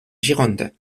gironde